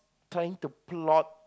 trying to plot